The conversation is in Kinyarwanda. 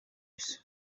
isi